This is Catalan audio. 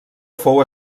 fou